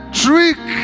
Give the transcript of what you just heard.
trick